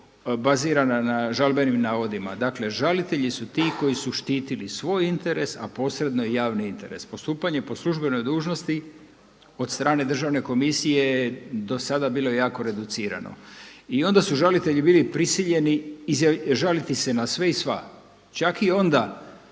na žalbenim navodima. Dakle, žalitelji su ti koji su štitili svoj interes, a posredno i javni interes. Postupanje po službenoj dužnosti od strane Državne komisije je do sada bilo jako reducirano i onda su žalitelji bili prisiljeni žaliti se na sve i sva, čak i onda